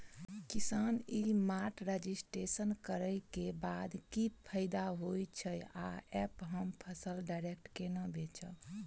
किसान e mart registration करै केँ बाद की फायदा होइ छै आ ऐप हम फसल डायरेक्ट केना बेचब?